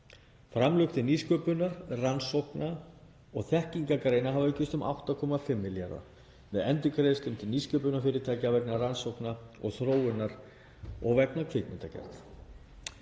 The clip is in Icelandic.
Framlög til nýsköpunar-, rannsókna- og þekkingargreina hafa aukist um 8,5 milljarða með endurgreiðslum til nýsköpunarfyrirtækja vegna rannsókna og þróunar og vegna kvikmyndagerðar.